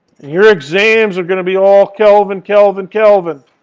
your exams are going to be all kelvin, kelvin, kelvin.